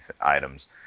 items